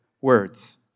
words